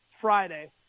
Friday